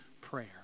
prayer